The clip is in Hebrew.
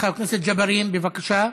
חבר הכנסת ג'בארין, בבקשה.